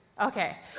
Okay